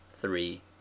Three